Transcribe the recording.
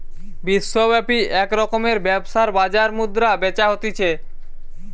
বিশ্বব্যাপী এক রকমের ব্যবসার বাজার মুদ্রা বেচা হতিছে